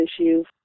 issues